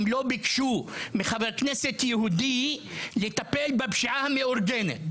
מעולם לא ביקשו מחבר כנסת יהודי לטפל בפשיעה המאורגנת,